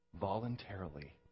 voluntarily